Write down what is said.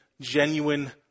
genuine